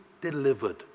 delivered